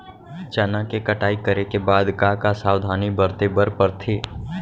चना के कटाई करे के बाद का का सावधानी बरते बर परथे?